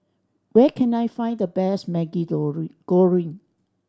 where can I find the best Maggi Goreng goreng